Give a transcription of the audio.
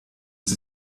sie